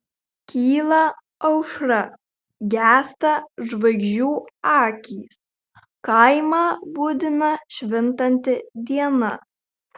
kyla aušra gęsta žvaigždžių akys kaimą budina švintanti diena